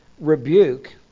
rebuke